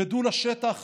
רדו לשטח